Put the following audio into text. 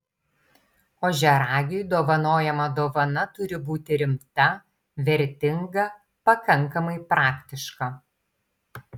ožiaragiui dovanojama dovana turi būti rimta vertinga pakankamai praktiška